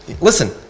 listen